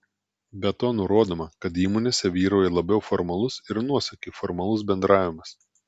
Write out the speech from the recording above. be to nurodoma kad įmonėse vyrauja labiau formalus ir nuosaikiai formalus bendravimas